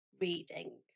reading